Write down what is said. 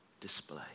display